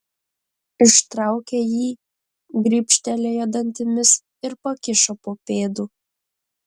ištraukė jį gribštelėjo dantimis ir pakišo po pėdu